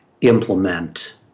implement